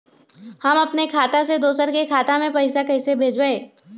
हम अपने खाता से दोसर के खाता में पैसा कइसे भेजबै?